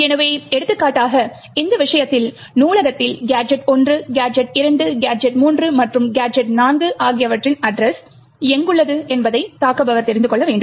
எனவே எடுத்துக்காட்டாக இந்த விஷயத்தில் நூலகத்தில் கேஜெட் 1 கேஜெட் 2 கேஜெட் 3 மற்றும் கேஜெட் 4 ஆகியவற்றின் அட்ரஸ் எங்குள்ளது என்பதை தாக்குபவர் தெரிந்து கொள்ள வேண்டும்